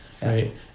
Right